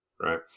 Right